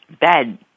bad